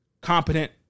competent